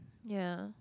ya